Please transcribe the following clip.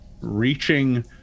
reaching